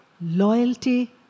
loyalty